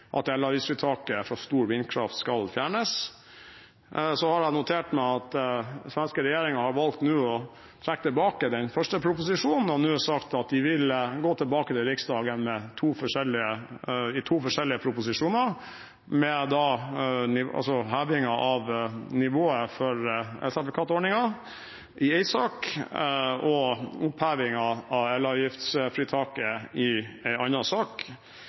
nemlig at elavgiftsfritaket for stor vindkraft skal fjernes. Så har jeg notert meg at den svenske regjeringen nå har valgt å trekke tilbake den første proposisjonen og har sagt at de vil gå tilbake til Riksdagen i to forskjellige proposisjoner, med heving av nivået for elsertifikatordningen i én sak og opphevingen av elavgiftsfritaket i en annen sak.